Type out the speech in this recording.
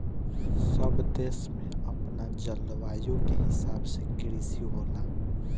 सब देश में अपना जलवायु के हिसाब से कृषि होला